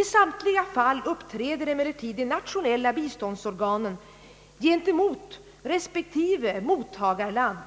I samtliga fall uppträder emellertid de nationella biståndsorganen gentemot respektive mottagarland